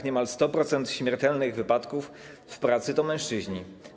Niemal 100% śmiertelnych wypadków w pracy to mężczyźni.